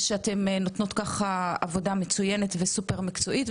אתן עושות עבודה מצוינת ומקצועית.